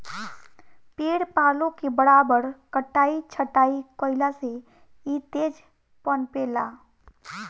पेड़ पालो के बराबर कटाई छटाई कईला से इ तेज पनपे ला